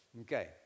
Okay